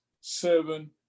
seven